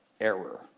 error